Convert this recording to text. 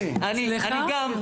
סליחה,